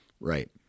Right